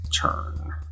turn